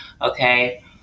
Okay